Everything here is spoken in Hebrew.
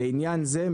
לעניין זה,